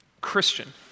Christian